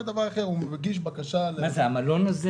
זה המלון?